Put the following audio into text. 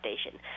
station